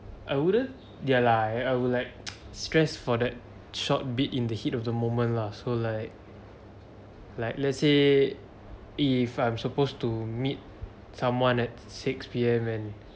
I wouldn't ya lah I would like stress for that short beat in the heat of the moment lah so like like let's say if I'm supposed to meet someone at six P_M and